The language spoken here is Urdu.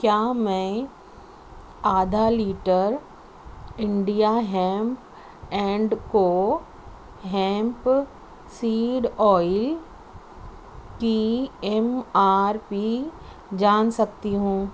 کیا میں آدھا litre India hemp and co hemp seed oil کی ایم آر پی جان سکتی ہوں